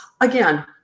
Again